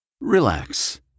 Relax